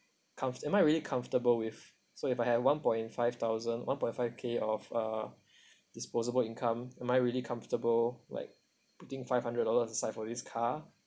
com~ am I really comfortable with so if I have one point five thousand one point five K of uh disposable income am I really comfortable like putting five hundred dollars aside for this car